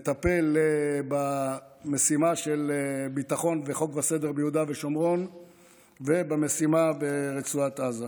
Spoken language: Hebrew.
מטפל במשימה של ביטחון וחוק וסדר ביהודה ושומרון ובמשימה ברצועת עזה.